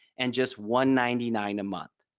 and just one ninety-nine a month.